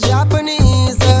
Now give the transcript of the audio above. Japanese